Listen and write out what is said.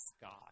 God